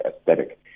aesthetic